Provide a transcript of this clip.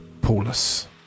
Paulus